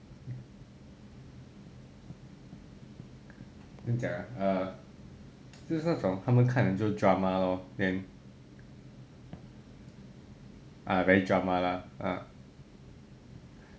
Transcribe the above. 怎么讲啊 err 就是那种他们看很多 drama lor then ah very drama lah mm